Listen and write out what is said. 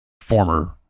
former